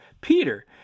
Peter